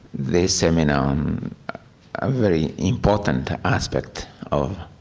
this seminar, a very important ah aspect of